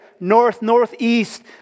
north-northeast